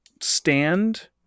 stand